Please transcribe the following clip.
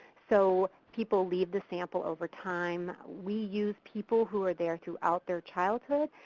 so people leave the sample over time. we use people who are there throughout their childhood,